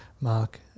mark